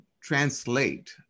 translate